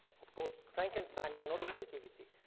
of course, frankenstein is another creativity,